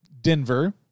Denver